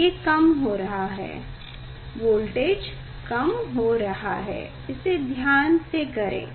ये कम हो रहा है वोल्टेज कम हो रहा है इसे ध्यान से करें